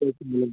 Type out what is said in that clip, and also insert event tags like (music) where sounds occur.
(unintelligible)